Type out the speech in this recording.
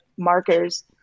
markers